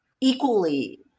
equally